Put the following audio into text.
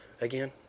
Again